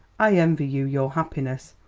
i envy you your happiness,